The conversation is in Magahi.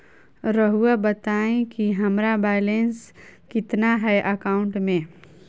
रहुआ बताएं कि हमारा बैलेंस कितना है अकाउंट में?